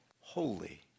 holy